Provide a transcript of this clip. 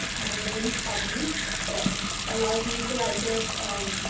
my main hobby that allows me to, like, just